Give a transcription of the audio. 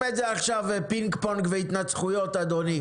עכשיו פינג פונג והתנצחויות אדוני.